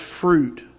fruit